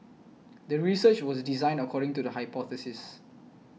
the research was designed according to the hypothesis